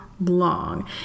long